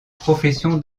profession